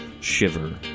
shiver